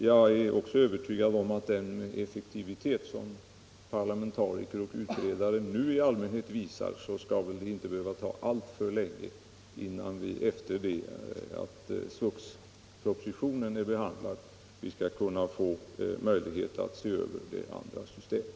Jag är också övertygad om att med den effektivitet som parlamentariker och utredare ju i allmänhet visar skall det inte behöva dröja alltför länge efter det att SVUX-propositionen är behandlad innan vi får möjlighet att se över det andra systemet.